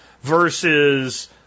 versus